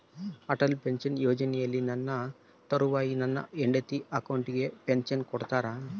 Atal pension ಯೋಜನೆಯಲ್ಲಿ ನನ್ನ ತರುವಾಯ ನನ್ನ ಹೆಂಡತಿ ಅಕೌಂಟಿಗೆ ಪೆನ್ಶನ್ ಕೊಡ್ತೇರಾ?